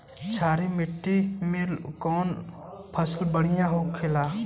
क्षारीय मिट्टी में कौन फसल बढ़ियां हो खेला?